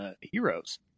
heroes